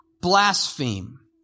blaspheme